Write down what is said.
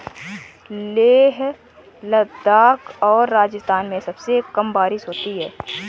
लेह लद्दाख और राजस्थान में सबसे कम बारिश होती है